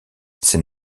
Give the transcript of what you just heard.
ces